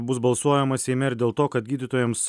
bus balsuojama seime ir dėl to kad gydytojams